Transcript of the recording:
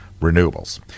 renewables